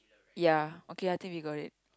ya okay I think we got it